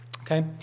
Okay